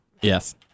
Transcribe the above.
Yes